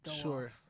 sure